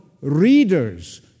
readers